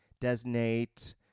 designate